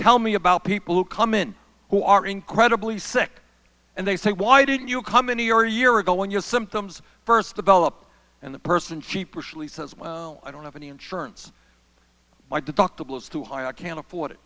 tell me about people who come in who are incredibly sick and they say why didn't you come into your year ago when your symptoms first develop and the person cheaper surely says well i don't have any insurance my deductible is too high i can't afford it